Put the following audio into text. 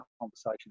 conversation